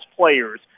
players